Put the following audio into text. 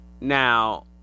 Now